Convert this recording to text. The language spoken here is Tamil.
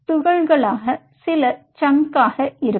துகள்களாக சில சங்காக இருக்கும்